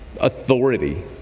authority